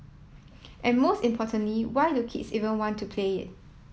and most importantly why do kids even want to play it